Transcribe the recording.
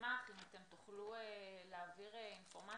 אשמח אם אתם תוכלו להעביר אינפורמציה,